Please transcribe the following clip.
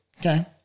Okay